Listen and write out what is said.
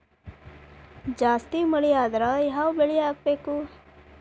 ಜಾಸ್ತಿ ಮಳಿ ಆದ್ರ ಯಾವ ಬೆಳಿ ಹಾಕಬೇಕು?